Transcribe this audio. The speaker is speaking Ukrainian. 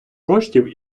коштів